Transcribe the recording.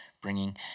bringing